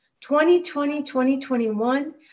2020-2021